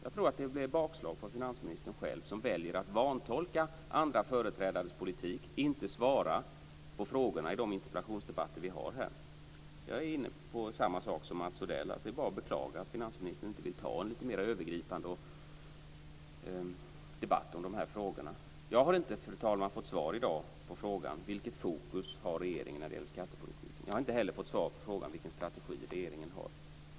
Jag tror att det blir bakslag för finansministern själv när han väljer att vantolka andra företrädares politik och inte svara på frågorna i de interpellationsdebatter vi har. Jag är inne på samma sak som Mats Odell. Det är bara att beklaga att finansministern inte vill ta en lite mer övergripande debatt om de här frågorna. Jag har inte, fru talman, fått svar i dag på frågan vilket fokus regeringen har när det gäller skattepolitiken. Jag har inte heller fått svar på frågan vilken strategi regeringen har.